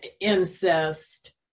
incest